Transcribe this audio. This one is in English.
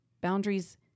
Boundaries